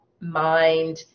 mind